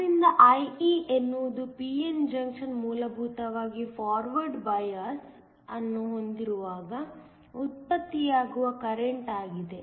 ಆದ್ದರಿಂದ IE ಎನ್ನುವುದು p n junction ಮೂಲಭೂತವಾಗಿ ಫಾರ್ವರ್ಡ್ ಬಯಾಸ್ ಅನ್ನು ಹೊಂದಿರುವಾಗ ಉತ್ಪತ್ತಿಯಾಗುವ ಕರೆಂಟ್ ಆಗಿದೆ